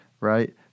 right